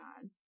God